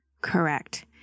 Correct